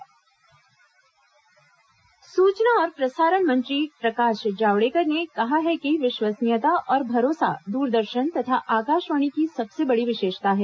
जावड़ेकर दूरदर्शन सूचना और प्रसारण मंत्री प्रकाश जावड़ेकर ने कहा है कि विश्वसनीयता और भरोसा दूरदर्शन तथा आकाशवाणी की सबसे बड़ी विशेषता हैं